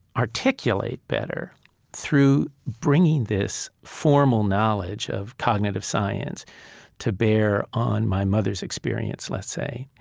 articulate better through bringing this formal knowledge of cognitive science to bear on my mother's experience, let's say,